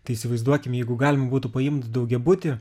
tai įsivaizduokim jeigu galima būtų paimt daugiabutį